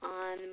on